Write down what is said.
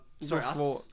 Sorry